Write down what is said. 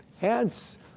Hence